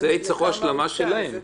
אז יצרכו השלמה שלהם.